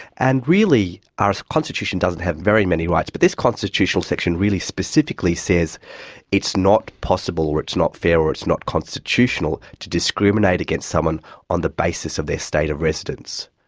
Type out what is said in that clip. and really our constitution doesn't have very many rights, but this constitutional section really specifically says it's not possible or it's not fair or it's not constitutional to discriminate against someone on the basis of their state of residence.